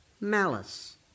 malice